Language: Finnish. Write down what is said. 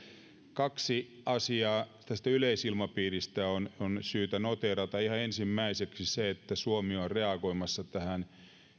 kaksi asiaa tästä yleisilmapiiristä on on syytä noteerata ihan ensimmäiseksi se että suomi on reagoimassa tähän